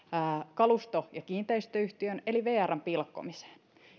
kalusto ja kiinteistöyhtiön eli vrn pilkkomiseen